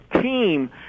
team